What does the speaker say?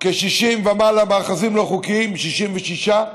כ-60 ומעלה מאחזים לא חוקיים, 66,